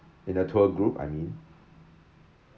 in a tour group I mean